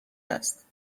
است